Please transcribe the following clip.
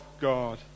God